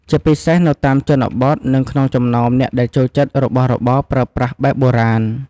ជាពិសេសនៅតាមជនបទ និងក្នុងចំណោមអ្នកដែលចូលចិត្តរបស់របរប្រើប្រាស់បែបបុរាណ។